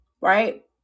right